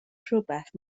rhywbeth